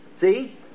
see